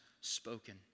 spoken